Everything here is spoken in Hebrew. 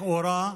לכאורה,